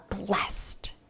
blessed